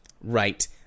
Right